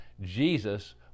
Jesus